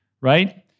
right